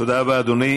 תודה רבה, אדוני.